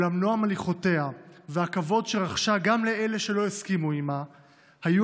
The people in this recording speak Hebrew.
אולם נועם הליכותיה והכבוד שרחשה גם לאלה שלא הסכימו עימה היו